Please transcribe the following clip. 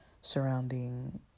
surrounding